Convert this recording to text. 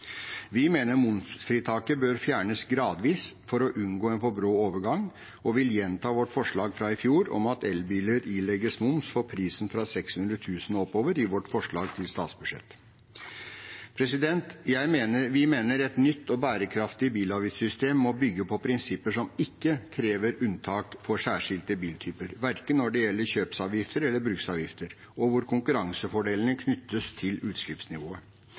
Vi mener momsfritaket bør fjernes gradvis for å unngå en for brå overgang, og vil gjenta vårt forslag fra i fjor om at elbiler ilegges moms for prisen fra 600 000 kr og oppover, i vårt forslag til statsbudsjett. Vi mener et nytt og bærekraftig bilavgiftssystem må bygge på prinsipper som ikke krever unntak for særskilte biltyper, verken når det gjelder kjøpsavgifter eller bruksavgifter, og hvor konkurransefordelene knyttes til utslippsnivået.